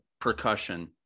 percussion